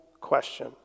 question